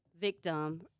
Victim